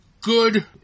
good